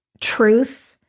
truth